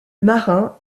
marin